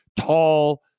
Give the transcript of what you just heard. tall